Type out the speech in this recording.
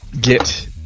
get